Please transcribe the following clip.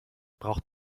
braucht